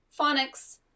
phonics